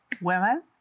women